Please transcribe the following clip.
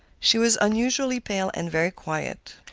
she was unusually pale and very quiet.